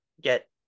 get